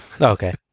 Okay